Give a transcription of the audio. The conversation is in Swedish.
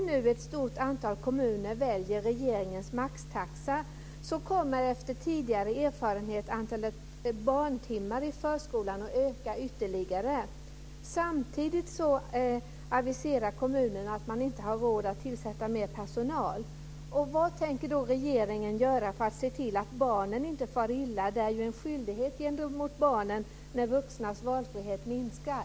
Om nu ett stort antal kommuner väljer regeringens maxtaxa kommer, efter tidigare erfarenheter, antalet barntimmar i förskolan att öka ytterligare. Samtidigt aviserar kommuner att man inte har råd att tillsätta mer personal. Vad tänker då regeringen göra för att se till att barnen inte far illa? Det är ju en skyldighet gentemot barnen när vuxnas valfrihet minskar.